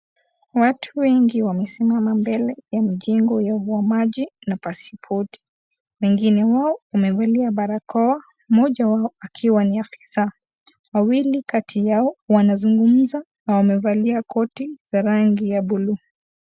Watu wengi wamesimama mbele ya mijengo ya uhamaji na pasipoti. Wengine wao wamevalia barakoa mmoja wao akiwa ni afisa. Wawili kati yao wanazungumza na wamevalia koti za rangi ya bluu.